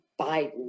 Biden